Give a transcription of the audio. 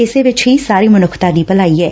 ਇਸੇ ਵਿੱਚ ਹੀ ਸਾਰੀ ਮਨੁੱਖਤਾ ਦੀ ਭਲਾਈ ਏ